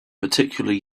particularly